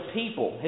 people